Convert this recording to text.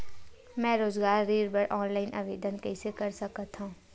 मैं रोजगार ऋण बर ऑनलाइन आवेदन कइसे कर सकथव?